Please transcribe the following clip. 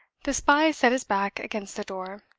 the spy set his back against the door,